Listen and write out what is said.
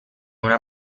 una